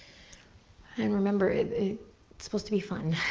and remember, it's supposed to be fun.